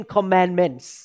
Commandments